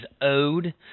owed